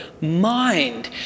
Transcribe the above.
mind